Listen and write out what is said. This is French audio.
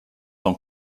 tant